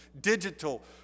digital